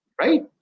right